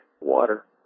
water